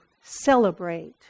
celebrate